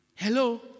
Hello